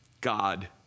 god